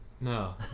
No